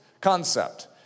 concept